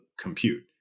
compute